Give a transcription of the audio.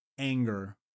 Anger